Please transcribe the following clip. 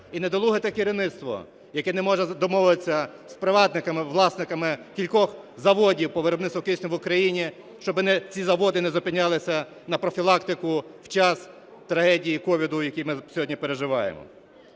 і недолуге те керівництво, яке не може домовитися з приватниками, власниками кількох заводів по виробництву кисню в Україні, щоб ці заводи не зупинялися на профілактику в час трагедії COVID, яку ми сьогодні переживаємо.